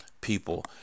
people